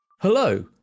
Hello